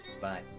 bye